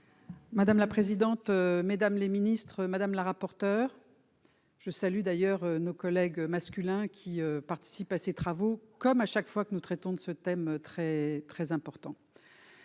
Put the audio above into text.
Madame la présidente, mesdames les ministres, madame la rapporteure- je salue aussi nos collègues masculins qui participent à ces travaux, comme chaque fois que nous traitons de ce thème très important